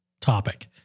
topic